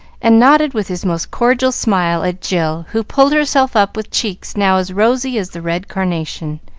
and nodded with his most cordial smile at jill who pulled herself up with cheeks now as rosy as the red carnation,